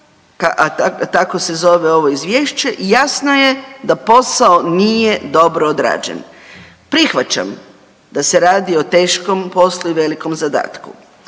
a tako se zove ovo izvješće jasno je da posao nije dobro odrađen. Prihvaćam da se radi o velikom poslu i velikom zadatku,